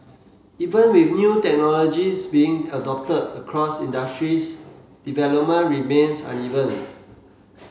even with new technologies being adopted across industries development remains uneven